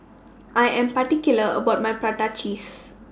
I Am particular about My Prata Cheese